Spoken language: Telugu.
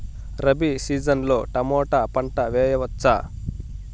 రబి సీజన్ లో టమోటా పంట వేయవచ్చా?